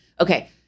Okay